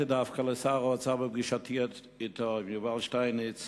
בפגישתי עם שר האוצר יובל שטייניץ